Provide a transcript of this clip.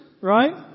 right